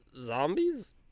zombies